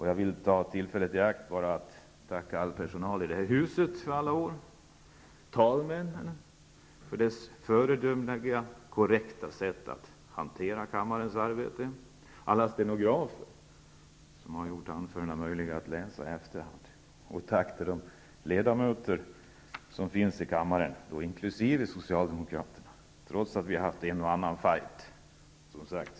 jag vill ta tillfället i akt att tacka all personal i det här huset för alla år: Talmännen för deras föredömliga korrekta sätt att hantera kammarens arbete; alla stenografer som har gjort anförandena möjliga att läsa. Jag vill också uttala ett tack till de ledamöter som finns i kammaren, inklusive Socialdemokraterna trots att vi haft en och annan fajt.